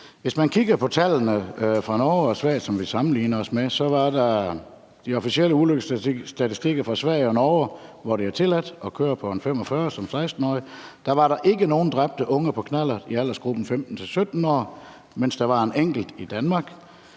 Hvis man kigger på tallene fra Norge og Sverige, som vi sammenligner os med – de officielle ulykkesstatistikker fra Sverige og Norge, hvor det er tilladt at køre på en knallert 45 som 16-årig – var der ikke nogen dræbte unge på knallert i aldersgruppen 15-17 år, mens der var en enkelt i Danmark.